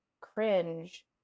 cringe